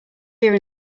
here